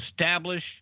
establish